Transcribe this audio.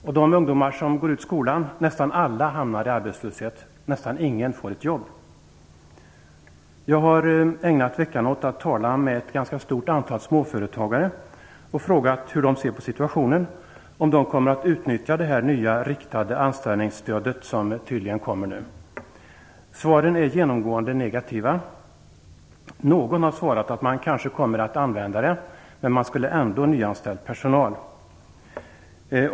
Nästan alla ungdomar som går ut skolan hamnar i arbetslöshet. Nästan ingen får ett jobb. Jag har ägnat veckan åt att tala med ett ganska stort antal småföretagare. Jag har frågat hur de ser på situationen, om de kommer att utnyttja det nya riktade anställningsstöd som tydligen kommer nu. Svaren är genomgående negativa. Någon har svarat att man kanske kommer att använda det, men man skulle ändå ha nyanställt personal.